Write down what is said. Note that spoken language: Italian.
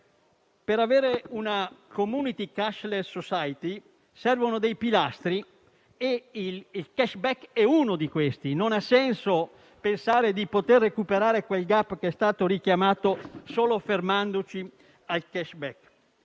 Per avere una *community cashless society* servono dei pilastri e il *cashback* è uno di questi; non ha senso pensare di poter recuperare quel *gap* che è stato richiamato fermandoci solo al *cashback*.